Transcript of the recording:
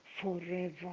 forever